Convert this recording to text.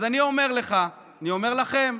אז אני אומר לך, אני אומר לכם: